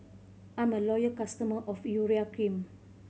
I'm a loyal customer of Urea Cream